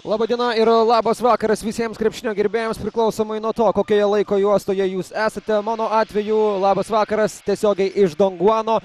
laba diena ir labas vakaras visiems krepšinio gerbėjams priklausomai nuo to kokioje laiko juostoje jūs esate mano atveju labas vakaras tiesiogiai iš donguano